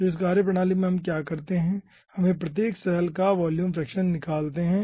तो इस कार्यप्रणाली में हम क्या करते हैं हमें प्रत्येक सैल का वॉल्यूम फ्रैक्शन निकालते है